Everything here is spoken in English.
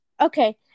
okay